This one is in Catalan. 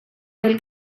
del